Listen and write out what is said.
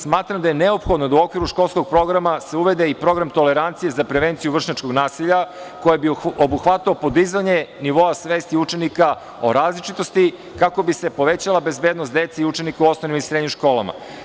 Smatram da je neophodno da u okviru školskog programa se uvede i program tolerancije za prevenciju vršnjačkog nasilja, koje bi obuhvatalo podizanje nivoa svesti učenika o različitosti, kako bi se povećala bezbednost dece i učenika u osnovnim i srednjim školama.